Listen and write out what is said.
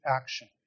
action